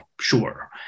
sure